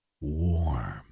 warm